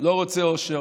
לא רוצה עושר,